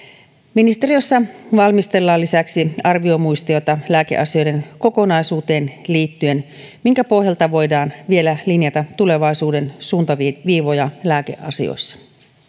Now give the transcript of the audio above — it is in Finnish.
ministeriössä valmistellaan lisäksi arviomuistiota lääkeasioiden kokonaisuuteen liittyen minkä pohjalta voidaan vielä linjata tulevaisuuden suuntaviivoja lääkeasioissa